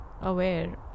aware